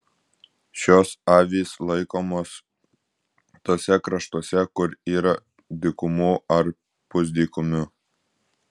šios avys laikomos tuose kraštuose kur yra dykumų ar pusdykumių